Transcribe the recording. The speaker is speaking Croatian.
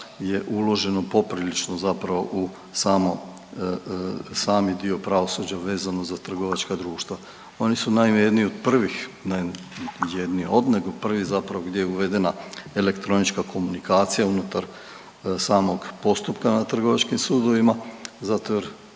uloženo poprilično zapravo u samo, sami dio pravosuđa vezano za trgovačka društva. Oni su naime jedni od prvih ne jedni od, nego prvi zapravo gdje je uvedena elektronička komunikacija unutar samog postupka na trgovačkim sudovima zato jer